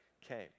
came